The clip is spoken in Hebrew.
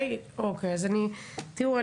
תראו,